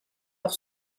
pour